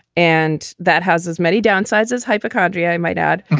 and that has as many downsides as hypochondria. i might add.